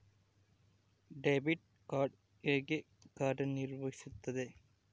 Debit card ಹೇಗೆ ಕಾರ್ಯನಿರ್ವಹಿಸುತ್ತದೆ?